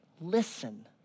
listen